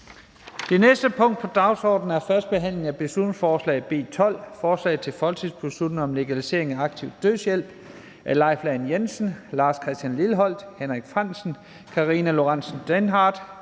Det næste punkt på dagsordenen er: 4) 1. behandling af beslutningsforslag nr. B 12: Forslag til folketingsbeslutning om legalisering af aktiv dødshjælp (borgerforslag). Af Leif Lahn Jensen (S), Lars Christian Lilleholt (V), Henrik Frandsen (M), Karina Lorentzen Dehnhardt